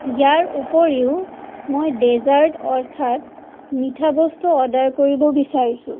ইয়াৰ উপৰিও মই ডেজাৰ্ট অৰ্থাৎ মিঠা বস্তু অৰ্ডাৰ কৰিব বিচাৰিছোঁ